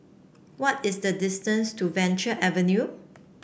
what is the distance to Venture Avenue